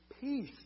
Peace